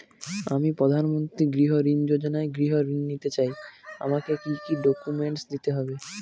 আমি প্রধানমন্ত্রী গৃহ ঋণ যোজনায় গৃহ ঋণ নিতে চাই আমাকে কি কি ডকুমেন্টস দিতে হবে?